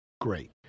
Great